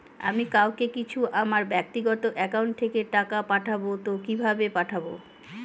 আমি কাউকে কিছু আমার ব্যাক্তিগত একাউন্ট থেকে টাকা পাঠাবো তো কিভাবে পাঠাবো?